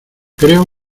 creo